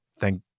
Thank